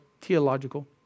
theological